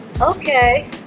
Okay